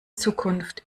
zukunft